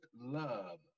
love